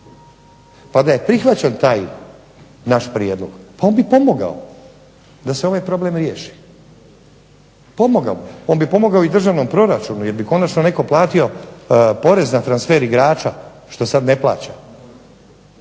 Pa da je prihvaćen taj naš prijedlog pa on bi pomogao da se ovaj problem riješi. Pomogao bi. On bi pomogao i državnom proračunu, jer bi konačno netko platio porez na transfer igrača, što sad ne plaća.